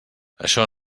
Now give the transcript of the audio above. això